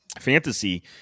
fantasy